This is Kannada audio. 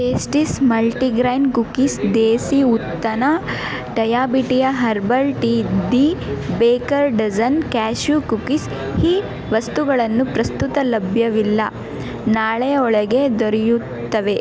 pastries multigrain cookies Desi Utthana ಡಯಬಿಟಿಯ herbal tea the baker dozen cashew cookies ಈ ವಸ್ತುಗಳನ್ನು ಪ್ರಸ್ತುತ ಲಭ್ಯವಿಲ್ಲ ನಾಳೆಯ ಒಳಗೆ ದೊರೆಯುತ್ತವೆ